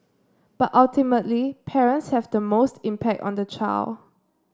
but ultimately parents have the most impact on the child